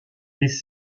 des